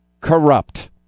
corrupt